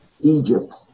Egypt